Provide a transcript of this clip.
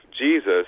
Jesus